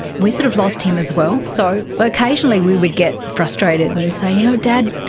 we sort of lost him as well. so occasionally we would get frustrated and say, you know, dad,